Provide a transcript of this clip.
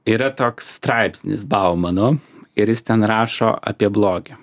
yra toks straipsnis baumano ir jis ten rašo apie blogį